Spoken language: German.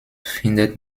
findet